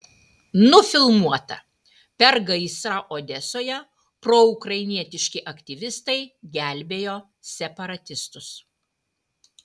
nufilmuota per gaisrą odesoje proukrainietiški aktyvistai gelbėjo separatistus